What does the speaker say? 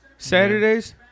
Saturdays